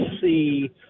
see